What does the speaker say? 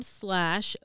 slash